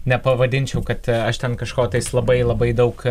nepavadinčiau kad aš ten kažko tais labai labai daug